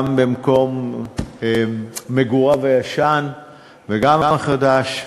גם במקום מגוריו הישן וגם בחדש,